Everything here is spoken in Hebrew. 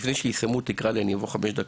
חמש דקות לפני שיסיימו שם תקרא לי ואבוא לשם לסיום,